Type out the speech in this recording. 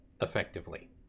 effectively